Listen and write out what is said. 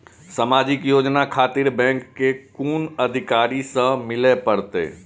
समाजिक योजना खातिर बैंक के कुन अधिकारी स मिले परतें?